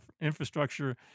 infrastructure